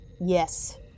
Yes